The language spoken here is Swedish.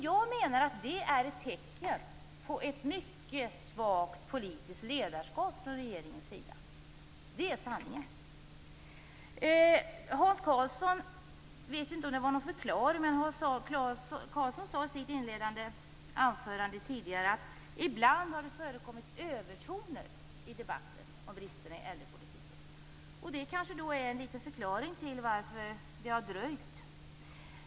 Jag menar att det är ett tecken på ett mycket svagt politiskt ledarskap från regeringens sida. Det är sanningen. Jag vet inte om det var någon förklaring, men Hans Karlsson sade tidigare i sitt inledande anförande att det ibland har förekommit övertoner i debatten om bristerna i äldrepolitiken. Det kanske är en liten förklaring till varför det har dröjt.